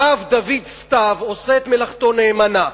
הרב דוד סתיו עושה את מלאכתו נאמנה,